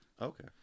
Okay